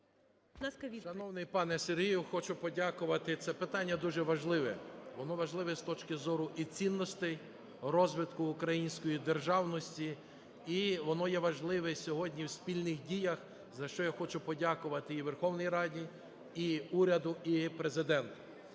Шановний пане Сергію, хочу подякувати, це питання дуже важливе. Воно важливе з точки зору і цінностей розвитку української державності, і воно є важливе сьогодні в спільних діях, за що я хочу подякувати і Верховній Раді, і уряду, і Президенту.